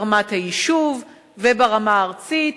ברמת היישוב וברמה הארצית,